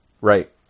Right